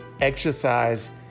exercise